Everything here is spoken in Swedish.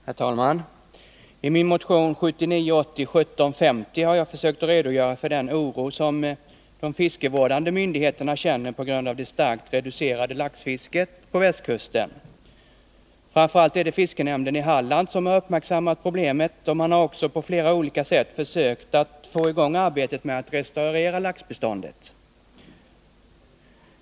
Herr talman! I min motion 1979/80:1750 har jag försökt redogöra för den oro de fiskevårdande myndigheterna känner på grund av det starkt reducerade laxfisket på västkusten. Framför allt är det fiskenämnden i Halland som har uppmärksammat problemet, och man har också på flera olika sätt försökt få i gång arbetet med att restaurera laxbeståndet.